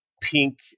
pink